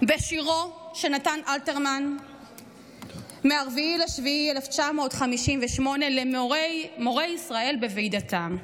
בשירו של נתן אלתרמן מ-4 ביולי 1958 "למורי ישראל בוועידתם":